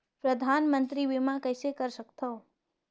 परधानमंतरी बीमा कइसे कर सकथव?